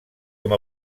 com